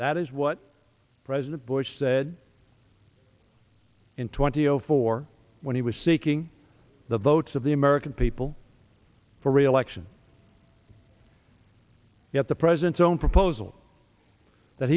that is what president bush said in twenty zero four when he was seeking the votes of the american people for reelection yet the president's own proposal that